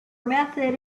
method